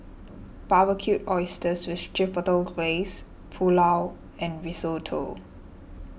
Barbecued Oysters with Chipotle Glaze Pulao and Risotto